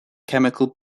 chemical